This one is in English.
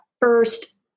first